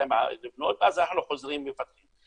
ומשהו-שנתיים לבנות ואז אנחנו חוזרים ומפתחים.